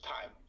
time